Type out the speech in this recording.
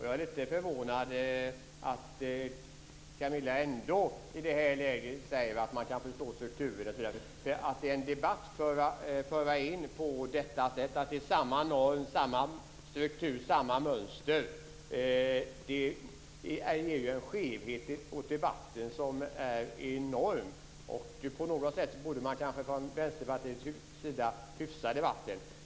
Jag är lite förvånad över att Camilla ändå i det här läget säger att man kan förstå strukturer osv. Att föra in att det är samma norm, samma struktur och samma mönster ger ju en skevhet åt debatten som är enorm. På något sätt borde man kanske från Vänsterpartiets sida hyfsa debatten.